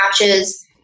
matches